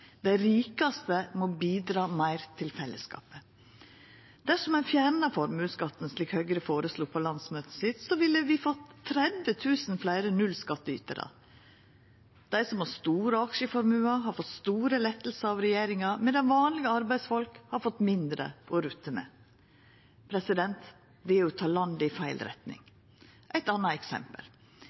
Dei rikaste må bidra meir til fellesskapet. Dersom ein fjernar formuesskatten, slik Høgre føreslo på landsmøtet sitt, ville vi fått 30 000 fleire nullskattytarar. Dei som har store aksjeformuar, har fått store lettar av regjeringa, medan vanlege arbeidsfolk har fått mindre å rutta med. Det er å ta landet i feil retning. Eit anna eksempel: